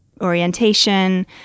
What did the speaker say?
orientation